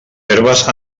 herbes